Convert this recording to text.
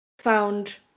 found